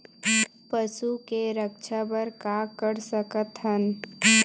पशु के रक्षा बर का कर सकत हन?